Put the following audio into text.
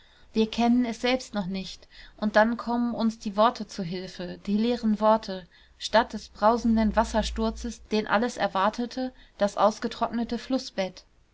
wir kennen es selbst noch nicht und dann kommen uns die worte zu hilfe die leeren worte statt des brausenden wassersturzes den alles erwartete das ausgetrocknete flußbett